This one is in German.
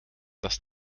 das